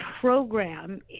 program